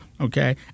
Okay